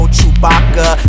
Chewbacca